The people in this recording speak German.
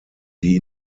die